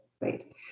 right